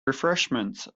refreshments